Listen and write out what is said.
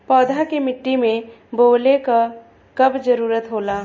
पौधा के मिट्टी में बोवले क कब जरूरत होला